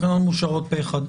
התקנות מאושרות פה אחד.